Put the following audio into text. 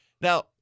Now